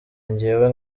njyewe